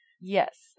Yes